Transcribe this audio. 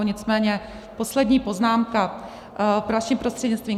Nicméně poslední poznámka vaším prostřednictvím.